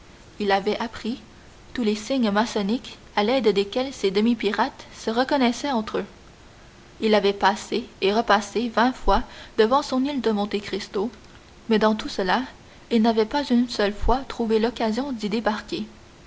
il avait appris tous les signes maçonniques à l'aide desquels ces demi pirates se reconnaissent entre eux il avait passé et repassé vingt fois devant son île de monte cristo mais dans tout cela il n'avait pas une seule fois trouvé l'occasion d'y débarquer